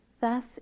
Thus